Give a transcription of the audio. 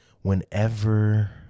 whenever